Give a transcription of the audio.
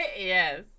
Yes